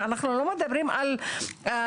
אנחנו לא מדברים על הנגב,